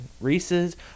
Reese's